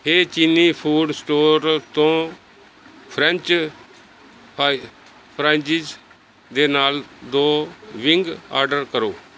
ਹੇ ਚੀਨੀ food store ਤੋਂ French fries ਨਾਲ ਦੋ ਵਿੰਗ ਆਰਡਰ ਕਰੋ